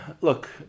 look